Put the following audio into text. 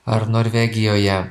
ar norvegijoje